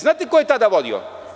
Znate ko je tada vodio?